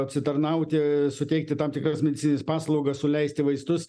apsitarnauti suteikti tam tikras medicinines paslaugas suleisti vaistus